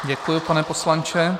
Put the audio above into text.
Děkuji, pane poslanče.